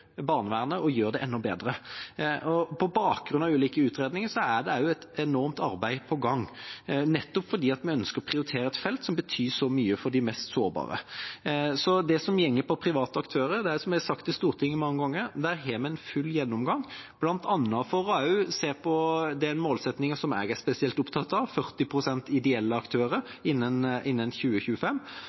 barnevernet og gjøre det enda bedre. På bakgrunn av ulike utredninger er det et enormt arbeid på gang, nettopp fordi vi ønsker å prioritere et felt som betyr så mye for de mest sårbare. Det som handler om private aktører – som jeg har sagt i Stortinget mange ganger – har vi en full gjennomgang av bl.a. for å se på den målsettingen som jeg er spesielt opptatt av: 40 pst. ideelle aktører innen 2025.